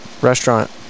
restaurant